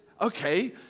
okay